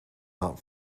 not